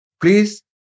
Please